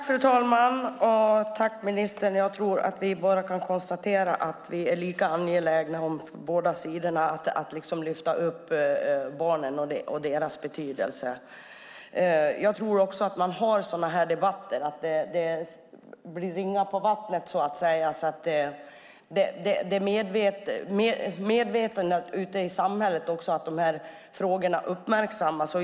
Fru talman! Tack, ministern. Vi kan konstatera att vi på båda sidor är lika angelägna om att lyfta upp barn och deras betydelse. Jag tror att det blir ringar på vattnet när vi har sådana här debatter och att det ökar medvetandet i samhället att de här frågorna uppmärksammas.